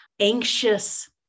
anxious